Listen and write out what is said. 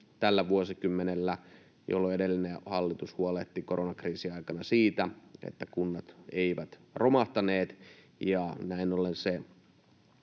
tällä vuosikymmenellä, jolloin edellinen hallitus huolehti koronakriisin aikana siitä, että kunnat eivät romahtaneet, ja näin ollen se